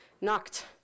knocked